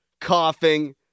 coughing